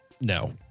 no